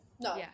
No